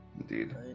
Indeed